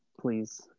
please